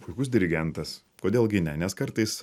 puikus dirigentas kodėl gi ne nes kartais